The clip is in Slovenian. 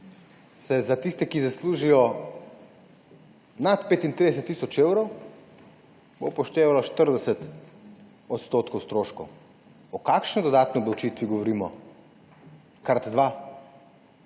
bo za tiste, ki zaslužijo nad 35 tisoč evrov, upoštevalo 40 % stroškov. O kakšni dodatni obdavčitvi govorimo? Krat dva,